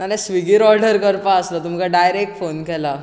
नाजाल्यार स्वीगीर ऑर्डर करपा आसलो तुमका डायरेक्ट फोन केला